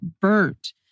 burnt